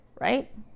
right